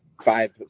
five